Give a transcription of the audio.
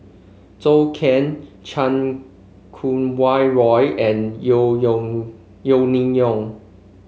Zhou Can Chan Kum Wah Roy and Yeo Yeo Yeo Ning Hong